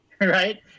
Right